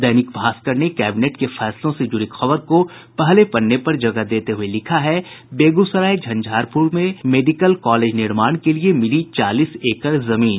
दैनिक भास्कर ने कैबिनेट के फैसलों से जुड़ी खबर को पहले पन्ने पर जगह देते हुए लिखा है बेगूसराय झंझारपुर में मेडिकल कॉलेज निर्माण के लिए मिली चालीस एकड़ जमीन